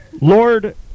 Lord